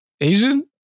Asian